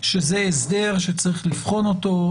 שזה הסדר שצריך לבחון אותו,